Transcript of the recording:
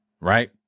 right